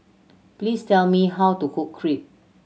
please tell me how to cook Crepe